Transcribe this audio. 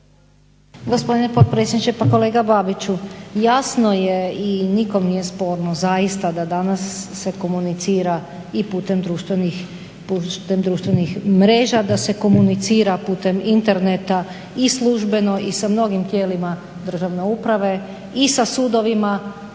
Gospodine potpredsjedniče. Pa kolega Babiću jasno je i nikom nije sporno zaista da danas se komunicira i putem društvenih mreža, da se komunicira putem interneta i službeno i sa mnogim tijelima državne uprave i sa sudovima